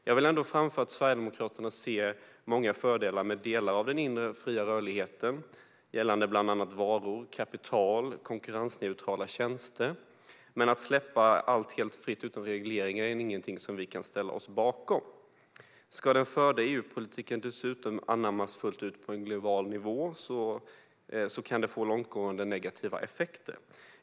Jag vill ändå framföra att Sverigedemokraterna ser många fördelar med delar av den inre fria rörligheten, bland annat vad gäller varor, kapital och konkurrensneutrala tjänster. Men att släppa allt helt fritt utan regleringar är något som vi inte kan ställa oss bakom. Om den förda EU-politiken dessutom ska anammas fullt ut på en global nivå kan det få långtgående negativa effekter.